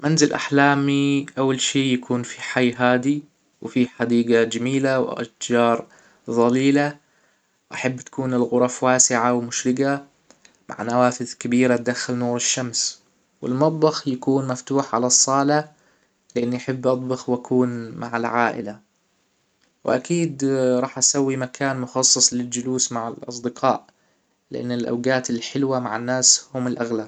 منزل أحلامى أول شئ يكون فى حى هادى وفيه حديجة جميلة و أشجار ظليلة بحب تكون الغرف واسعه و مشرجه مع نوافذ كبيره تدخل نور الشمس والمطبخ يكون مفتوح على الصالة لأنى أحب أطبخ و أكون مع العائلة و أكيد راح أسوى مكان مخصص للجلوس مع الأصدقاء لأن الأوجات الحلوة مع الناس هم الأغلى